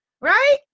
right